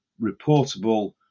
reportable